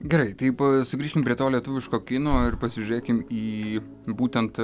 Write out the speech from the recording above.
gerai taip sugrįžtumei prie to lietuviško kino ir pasižėkim į būtent